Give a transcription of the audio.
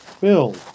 Bill